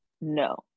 No